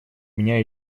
меня